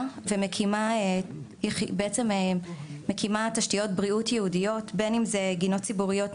ומקימה תשתיות בריאות ייעודיות בין אם זה גינות ציבוריות,